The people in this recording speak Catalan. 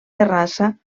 terrassa